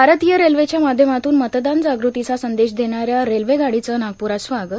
भारतीय रेल्वेच्या माध्यमातून मतदान जागृतीचा संदेश देणाऱ्या रेल्वे गाडीचं नागप्ररात स्वागत